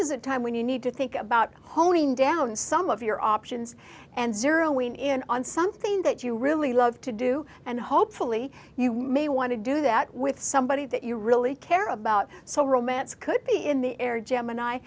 is a time when you need to think about honing down some of your options and zero in on something that you really love to do and hopefully you may want to do that with somebody that you really care about so romance could be in the air gemini